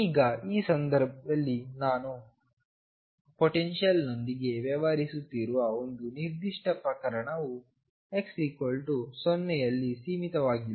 ಈಗ ಈ ಸಂದರ್ಭದಲ್ಲಿ ನಾವು ಪೊಟೆನ್ಶಿಯಲ್ ನೊಂದಿಗೆ ವ್ಯವಹರಿಸುತ್ತಿರುವ ಒಂದು ನಿರ್ದಿಷ್ಟ ಪ್ರಕರಣವು x 0 ನಲ್ಲಿ ಸೀಮಿತವಾಗಿಲ್ಲ